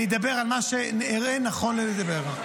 אני אדבר על מה שאראה נכון לדבר.